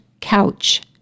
couch